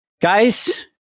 Guys